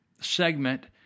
segment